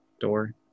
door